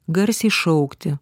garsiai šaukti